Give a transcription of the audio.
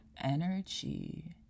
energy